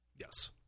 Yes